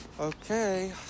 Okay